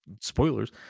spoilers